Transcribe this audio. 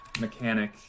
mechanic